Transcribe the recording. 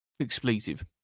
expletive